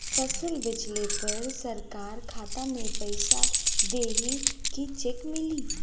फसल बेंचले पर सरकार खाता में पैसा देही की चेक मिली?